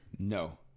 No